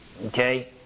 Okay